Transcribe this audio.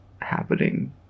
happening